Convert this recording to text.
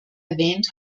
erwähnt